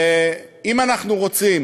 ואם אנחנו רוצים